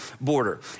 border